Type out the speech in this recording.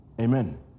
amen